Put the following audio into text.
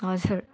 हजुर